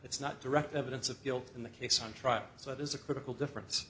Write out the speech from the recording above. it's not direct evidence of guilt in the case on trial so it is a critical difference